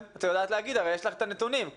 הרי יש לך את הנתונים.